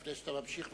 לפני שאתה ממשיך,